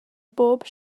bob